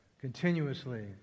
continuously